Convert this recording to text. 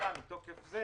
כבדה מאוד, מתוקף זה